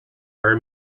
are